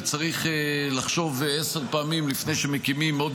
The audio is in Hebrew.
וצריך לחשוב עשר פעמים לפני שמקימים עוד